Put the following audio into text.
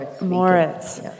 Moritz